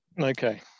Okay